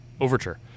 overture